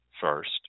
first